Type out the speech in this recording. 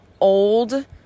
old